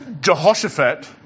Jehoshaphat